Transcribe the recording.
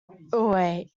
wait